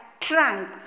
trunk